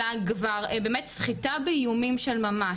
אלא כבר באמת סחיטה באיומים של ממש.